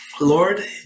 Lord